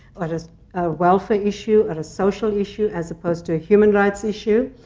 or as a welfare issue, or a social issue, as opposed to a human rights issue.